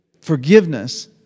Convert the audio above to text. Forgiveness